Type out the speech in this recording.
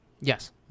Yes